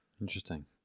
interesting